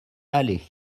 aller